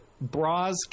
bras